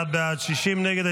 51 בעד, 60 נגד.